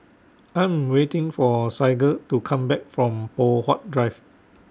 I Am waiting For Saige to Come Back from Poh Huat Drive